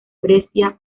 brescia